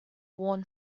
worn